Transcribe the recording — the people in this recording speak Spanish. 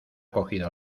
cogido